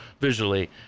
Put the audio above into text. visually